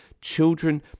children